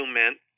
meant